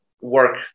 work